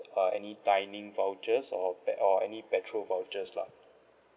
uh any dining vouchers or pe~ or any petrol vouchers lah